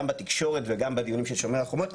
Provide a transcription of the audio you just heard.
גם בתקשורת וגם בדיונים של שומר החומות,